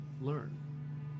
learn